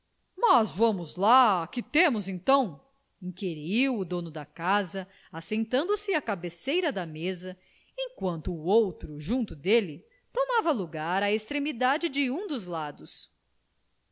mas vamos lá que temos então inquiriu o dono da casa assentando se à cabeceira da mesa enquanto o outro junto dele tomava lugar à extremidade de um dos lados